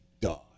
die